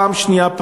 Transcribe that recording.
פעם שנייה,